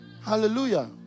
Hallelujah